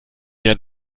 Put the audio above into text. der